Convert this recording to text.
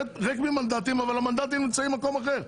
ריק ממנדטים אבל המנדטים נמצאים במקום אחר.